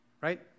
Right